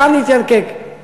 מחר נתיירקק.